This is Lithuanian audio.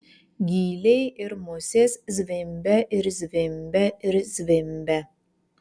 gyliai ir musės zvimbia ir zvimbia ir zvimbia